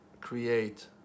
create